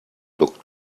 looked